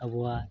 ᱟᱵᱚᱣᱟᱜ